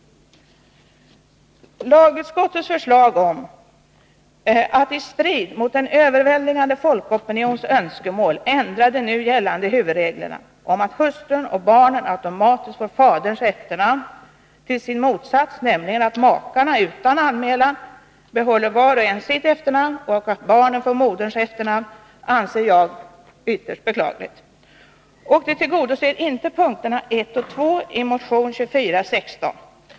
Lagutskottets förslag om att, i strid mot en överväldigande folkopinions önskemål, ändra de nu gällande huvudreglerna om att hustrun och barnen automatiskt får faderns efternamn till sin motsats, nämligen att makarna utan anmälan behåller var och en sitt efternamn och att barnen får moderns efternamn, anser jag ytterst beklagligt. Det tillgodoser inte punkterna 1 och 2 i motion 2416.